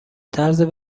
طرز